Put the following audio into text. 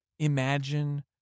Imagine